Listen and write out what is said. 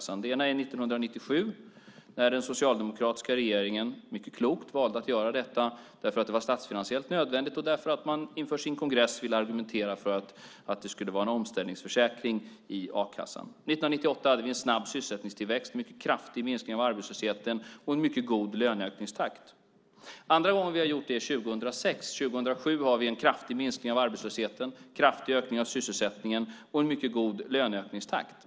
Det ena tillfället var 1997 när den socialdemokratiska regeringen, mycket klokt, valde att strama åt därför att det var statsfinansiellt nödvändigt och därför att man inför sin kongress ville argumentera för att det skulle vara en omställningsförsäkring i a-kassan. 1998 hade vi en snabb sysselsättningstillväxt, en mycket kraftig minskning av arbetslösheten och en mycket god löneökningstakt. Andra gången vi stramade åt var 2006. Under 2007 har vi en kraftig minskning av arbetslösheten, en kraftig ökning av sysselsättningen och en mycket god löneökningstakt.